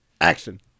Action